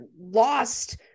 lost